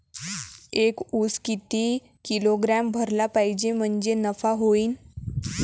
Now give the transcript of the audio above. एक उस किती किलोग्रॅम भरला पाहिजे म्हणजे नफा होईन?